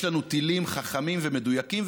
יש לנו טילים חכמים ומדויקים,